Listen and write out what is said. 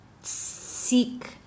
seek